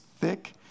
thick